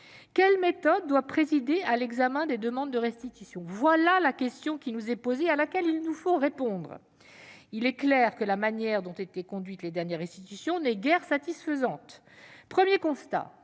Quelle méthode doit présider à l'examen des demandes de restitution ? Telle est la question qui nous est posée et à laquelle il nous faut répondre. Il est clair que la manière dont ont été conduites les dernières restitutions n'a pas été satisfaisante. Premier constat,